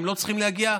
הם לא צריכים להגיע?